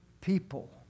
people